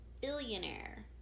billionaire